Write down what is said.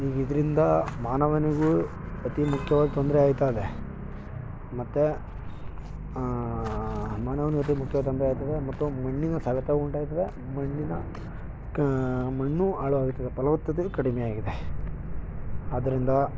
E ಇದರಿಂದ ಮಾನವನಿಗೂ ಅತಿ ಮುಖ್ಯವಾಗಿ ತೊಂದರೆ ಆಯಿತಾ ಇದೆ ಮತ್ತು ಮಾನವನಿಗೆ ಅತಿ ಮುಖ್ಯ ತೊಂದರೆ ಆಯ್ತದೆ ಮತ್ತು ಮಣ್ಣಿನ ಸವೆತ ಉಂಟಾಯ್ತದೆ ಮಣ್ಣಿನ ಕ ಮಣ್ಣು ಆಳವಾಗಿರ್ತದೆ ಫಲವತ್ತತೆಯು ಕಡಿಮೆ ಆಗಿದೆ ಆದ್ದರಿಂದ